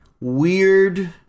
weird